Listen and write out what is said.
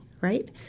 right